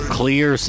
clear